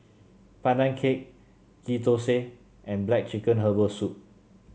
Pandan Cake Ghee Thosai and black chicken Herbal Soup